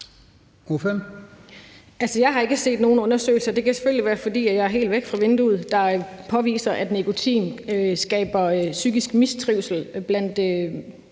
Jeg har ikke set nogen undersøgelser, og det kan selvfølgelig være, fordi jeg er helt væk fra vinduet, der påviser, at nikotin skaber psykisk mistrivsel blandt